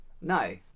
No